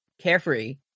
carefree